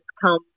come